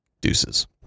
Deuces